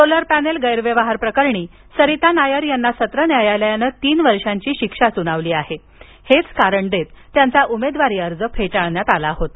solar panel गैरव्यवहार प्रकरणी सरिता नायर यांना सत्र न्यायालयानं तीन वर्षांची शिक्षा सुनावली असून हे कारण देत त्यांचा उमेदवारी अर्ज फेटाळण्यात आला होता